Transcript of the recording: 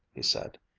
he said,